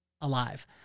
alive